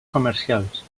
comercials